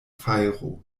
fajro